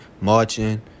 marching